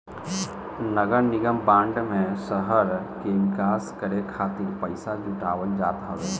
नगरनिगम बांड में शहर के विकास करे खातिर पईसा जुटावल जात हवे